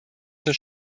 zur